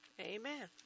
Amen